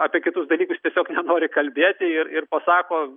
apie kitus dalykus tiesiog nenori kalbėti ir pasako